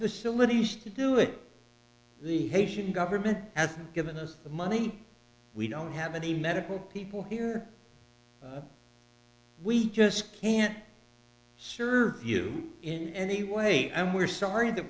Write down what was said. facilities to do it the haitian government has given us the money we don't have any medical people here we just can't serve you in any way and we're sorry that